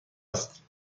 است